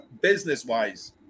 business-wise